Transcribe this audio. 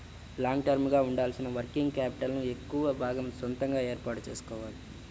long term గా ఉండాల్సిన working capital ను ఎక్కువ భాగం సొంతగా ఏర్పాటు చేసుకోవాలి